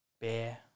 Bear